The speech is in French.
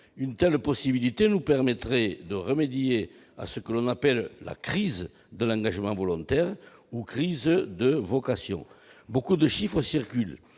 Une telle possibilité nous permettrait de remédier à ce que l'on appelle la crise de l'engagement volontaire, ou crise de vocation. Beaucoup de chiffres circulent,